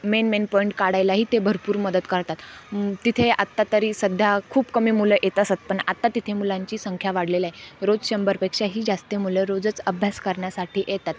main main point काढायलाही ते भरपूर मदत करतात तिथे आत्ता तरी सध्या खूप कमी मुलं येत असत पण आत्ता तिथे मुलांची संख्या वाढलेला आहे रोज शंभरपेक्षाही जास्त मुलं रोजच अभ्यास करण्यासाठी येतात